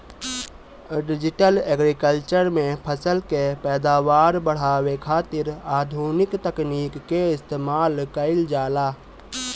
digital agriculture में फसल के पैदावार बढ़ावे खातिर आधुनिक तकनीकी के इस्तेमाल कईल जाला